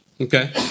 Okay